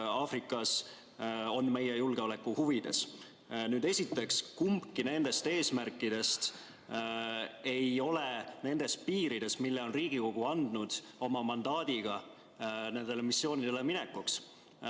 Aafrikas on meie julgeoleku huvides. Esiteks, kumbki nendest eesmärkidest ei ole nendes piirides, mis Riigikogu on [seadnud] oma mandaadiga nendele missioonidele minekuks.